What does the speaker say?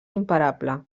imparable